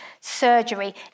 surgery